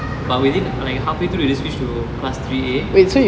but within like halfway through they switch to class three a